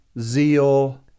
zeal